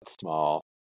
small